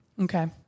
Okay